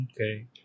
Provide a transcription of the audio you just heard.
Okay